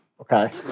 Okay